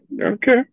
Okay